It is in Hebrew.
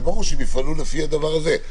אז ברור שהם יפעלו לפי הדבר הזה.